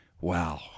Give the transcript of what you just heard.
wow